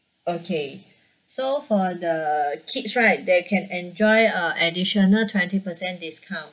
okay so for the kids right they can enjoy uh additional twenty percent discount